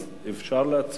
אז אפשר להציל,